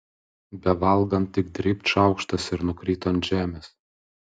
bevalgant tik dribt šaukštas ir nukrito ant žemės